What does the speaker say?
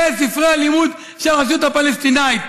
אלה ספרי הלימוד של הרשות הפלסטינית,